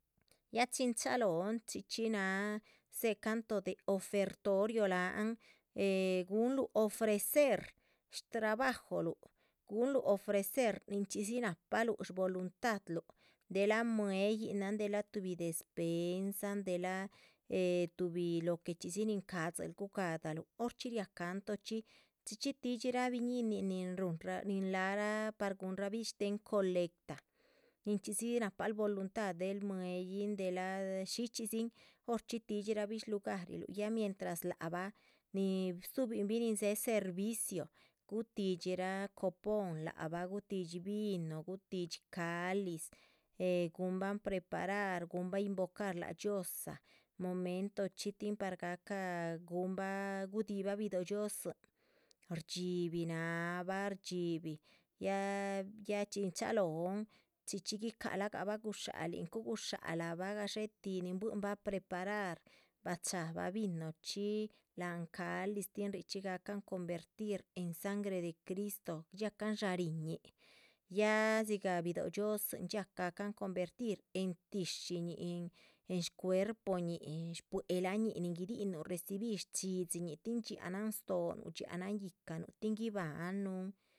Ya chin chalóhon chxí chxí náha dzéhe canto de ofertorio láhan gunluh ofrecer shtrabajoluh gunluh ofrecer nin chxí dzi nahpaluh, voluntadluh delah mue´yinan. dela tuhbi despensan delah eh tuhbi lo que chxídzi nin shcáhadzil gugáhadaluh horchxí riá cantochxí, chxí chxí tídxirah biñinin nin ruhunrahnin lac rah par guhunrabih shtehen. colecta nichxí dzi nahpal voluntad, del mue´yin delah shichxídzin horchxí tidxirabih shlugarluh ya mientras lac bah nin stuhubin bih nin dzéhe servicio gutidxí rah. copom lac bah gutidxi vino, gutidxi caliz, eh guhunbahn preparar guhunbah invocar lác dhxiózaa momento chxí tin par gahcaha guhunbah gudihibah bidóh dhxiózin. rdxí´bih náhabah rdxí´bih, ya yáha chin chalóhon chxí chxí guicala gabah gusha´lin, cuhu gusha´labah gadxé tih nin buihinbah preparar bachabah vinochxí láhan. caliz tin richxí gahcan convertir en sangre de cristo, riácahn dsháharinñih ya dzigah didóh dhxiózin dxiáca gáhcahn convertir en tíshi ñih. en shcuerpo ñih en shpuelah ñih en gidinuh recibir shchxídhxiñiih tin dxiahnan stohonuh dxiahnan yíhcanuh tin guibahanuhn